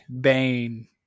Bane